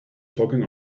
talking